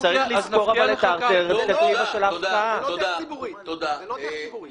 בנושא הכסף הוויכוח ברור,